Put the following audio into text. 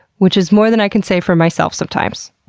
which is more than i can say for myself sometimes.